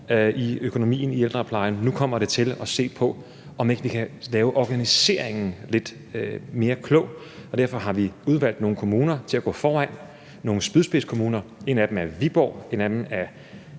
på økonomien i ældreplejen. Nu kommer vi til at se på, om vi ikke kan lave organiseringen lidt mere klogt, og derfor har vi udvalgt nogle kommuner til at gå foran, nogle spydspidskommuner. En af dem er Viborg, en anden er